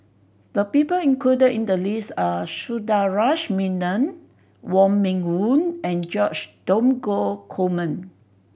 the people included in the list are Sundaresh Menon Wong Meng Voon and George Dromgold Coleman